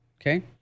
Okay